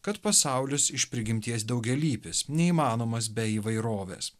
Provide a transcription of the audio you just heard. kad pasaulis iš prigimties daugialypis neįmanomas be įvairovės